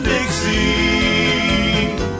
Dixie